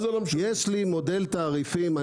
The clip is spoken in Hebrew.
יש לי מודל תעריפים.